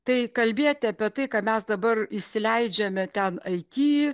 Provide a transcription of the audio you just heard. tai kalbėti apie tai ką mes dabar įsileidžiame ten aity